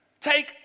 take